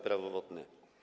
Prawo wodne.